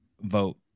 vote